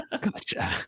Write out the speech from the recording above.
Gotcha